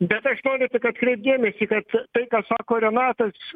bet aš noriu tik atkreipt dėmesį kad tai ką sako renatas